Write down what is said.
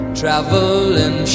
traveling